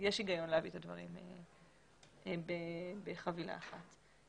יש היגיון להביא את הדברים בחבילה אחת.